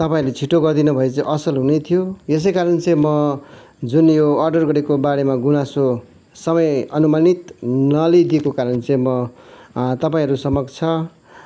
तपाईँहरूले छिटो गरिदिनु भए चाहिँ असल हुने थियो यसैकारण चाहिँ म जुन यो अर्डर गरेको बारेमा गुनासो समय अनुमानित नल्याइदिएको कारण चाहिँ म तपाईँहरू समक्ष